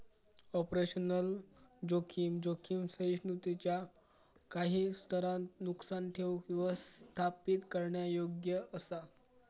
operational जोखीम, जोखीम सहिष्णुतेच्यो काही स्तरांत नुकसान ठेऊक व्यवस्थापित करण्यायोग्य असा